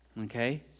Okay